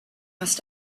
must